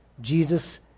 Jesus